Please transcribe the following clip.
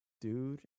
dude